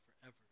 forever